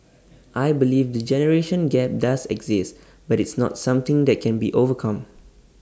I believe the generation gap does exist but it's not something that can't be overcome